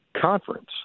Conference